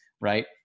right